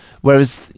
Whereas